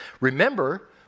Remember